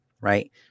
right